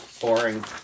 boring